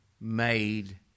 made